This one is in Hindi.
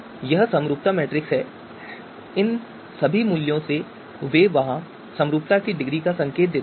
तो यह समरूपता मैट्रिक्स है और इन सभी मूल्यों से वे वहां समरूपता की डिग्री का संकेत देते हैं